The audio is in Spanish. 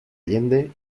allende